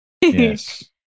Yes